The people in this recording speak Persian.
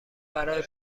برای